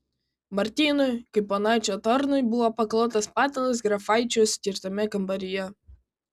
martynui kaip ponaičio tarnui buvo paklotas patalas grafaičiui skirtame kambaryje